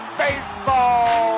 baseball